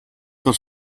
wird